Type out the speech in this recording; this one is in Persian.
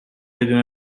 بدون